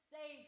Say